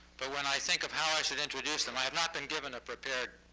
but when i think of how i should introduce them i have not been given a prepared